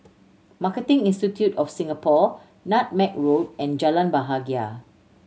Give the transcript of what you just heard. Marketing Institute of Singapore Nutmeg Road and Jalan Bahagia